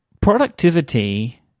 productivity